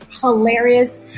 hilarious